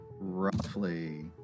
roughly